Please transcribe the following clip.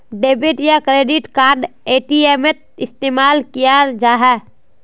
debit या credit card एटीएमत इस्तेमाल कियाल जा छ